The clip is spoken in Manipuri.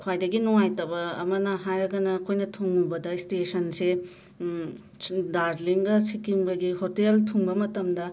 ꯈ꯭ꯋꯥꯏꯗꯒꯤ ꯅꯨꯉꯥꯏꯇꯕ ꯑꯃꯅ ꯍꯥꯏꯔꯒꯅ ꯑꯩꯈꯣꯏꯅ ꯊꯨꯡꯉꯨꯕꯗ ꯁ꯭ꯇꯦꯁꯟꯁꯦ ꯗꯥꯔꯖꯂꯤꯡꯒ ꯁꯤꯀꯤꯝꯒꯒꯤ ꯍꯣꯇꯦꯜ ꯊꯨꯡꯕ ꯃꯇꯝꯗ